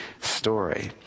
story